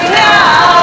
now